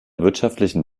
wirtschaftlichen